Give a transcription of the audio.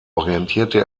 orientierte